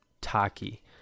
taki